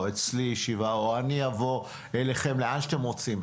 אצלי ישיבה או אני אבוא אליכם לאן שאתם רוצים,